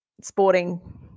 sporting